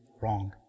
wrong